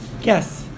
yes